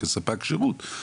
כספק שירות.